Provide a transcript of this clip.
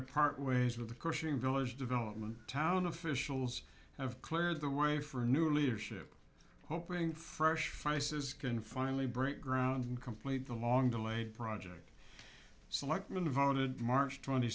to part ways with the coaching village development town officials have cleared the way for new leadership hoping fresh faces can finally break ground and complete the long delayed project selectmen voted march twenty